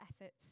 efforts